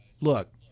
look